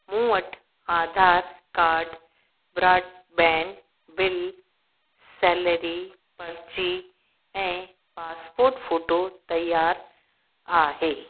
मूं वटि Aadhaar card broadband bill salary पर्ची ऐं पासपोर्ट फ़ोटो तयारु आहे